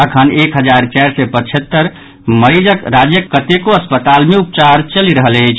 अखन एक हजार चारि सय पचहत्तरि मरीजक राज्यक कतेको अस्पताल मे उपचार चलि रहल अछि